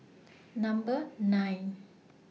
Number nine